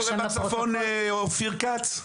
מה קורה בצפון, אופיר כץ?